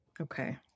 Okay